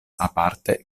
aparte